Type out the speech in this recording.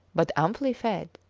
but amply fed.